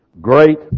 Great